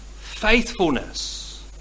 Faithfulness